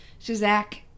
Shazak